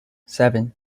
seven